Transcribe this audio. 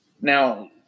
Now